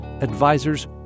advisors